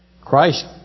Christ